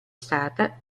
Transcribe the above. stata